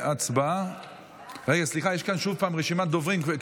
יש כאן רשימת דוברים,